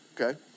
okay